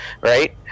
right